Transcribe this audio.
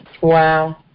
Wow